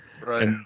Right